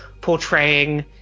portraying